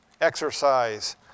exercise